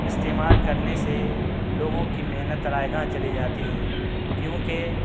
استعمال کرنے سے لوگوں کی محنت رائیگاں چلی جاتی ہیں کیونکہ